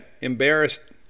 embarrassed